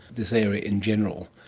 this area in general,